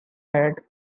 had